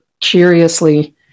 curiously